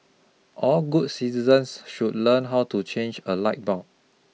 all good citizens should learn how to change a light bulb